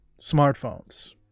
smartphones